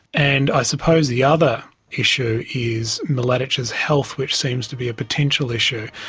and i suppose the other issue is mladic's health which seems to be a potential issue,